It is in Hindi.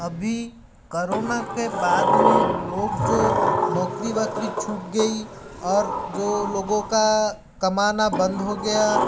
अभी करोना के बाद में लोग जो नौकरी वोकरी छूट गई और जो लोगों का कमाना बंद हो गया